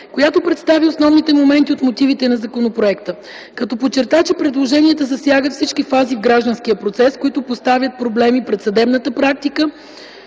която представи основните моменти от мотивите на законопроекта, като подчерта, че предложенията засягат всички фази в гражданския процес, които поставят проблеми пред съдебната практика